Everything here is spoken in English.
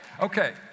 okay